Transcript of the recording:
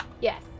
Yes